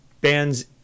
bands